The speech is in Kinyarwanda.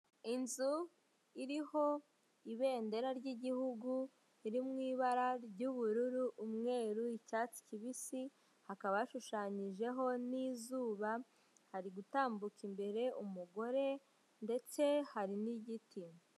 Inzu iriho ibendera ry'igihugu riri mu ibara ry'ubururu umweru icyatsi kibisikaba ashushanyijeho n'izuba ari gutambuka imbere umugore ndetse hari n'igiti.